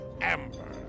Amber